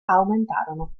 aumentarono